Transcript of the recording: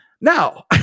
Now